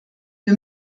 wir